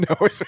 No